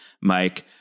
Mike